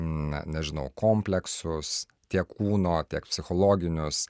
na nežinau kompleksus tiek kūno tiek psichologinius